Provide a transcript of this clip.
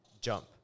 jump